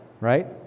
right